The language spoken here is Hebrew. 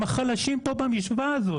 הם החלשים פה במשוואה הזו,